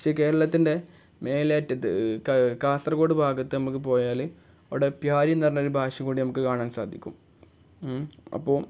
പക്ഷേ കേരളത്തിൻ്റെ മേലേ അറ്റത്ത് കാസർഗോഡ് ഭാഗത്ത് നമുക്ക് പോയാൽ അവിടെ പ്യാരിന്ന് പറഞ്ഞൊരു ഭാഷ കൂടി നമുക്ക് കാണാൻ സാധിക്കും അപ്പോൾ